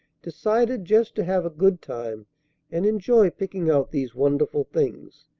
decided just to have a good time and enjoy picking out these wonderful things,